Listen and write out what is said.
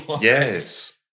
Yes